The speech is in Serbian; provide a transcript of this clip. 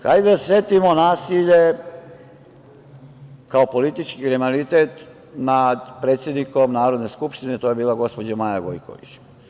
Hajde da se setimo nasilja, kao politički kriminalitet nad predsednikom Narodne skupštine, to je bila gospođa Maja Gojković.